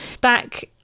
back